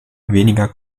weniger